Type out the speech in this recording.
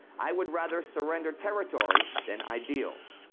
i would rather surrender territory than ideals.